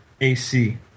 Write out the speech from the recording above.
AC